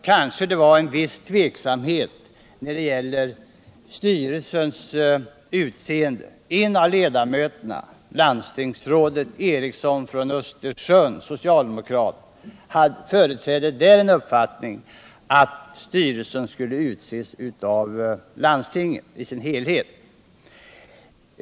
Möjligen rådde det en viss tveksamhet när det gällde frågan om styrelsernas utseende. En av ledamöterna, landstingsrådet Eriksson från Östersund, socialdemokrat, företrädde uppfattningen att styrelsen i sin helhet skulle utses av landstingen.